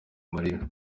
amarira